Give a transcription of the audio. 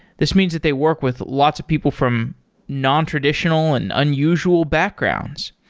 this means that they work with lots of people from nontraditional and unusual backgrounds.